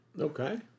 Okay